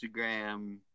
Instagram